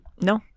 No